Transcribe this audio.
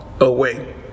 away